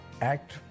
Act